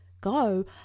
go